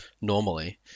normally